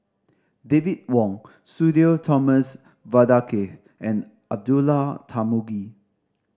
David Wong Sudhir Thomas Vadaketh and Abdullah Tarmugi